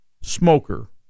smoker